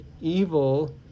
evil